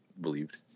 believed